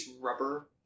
rubber